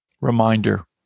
reminder